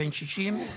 בן 60,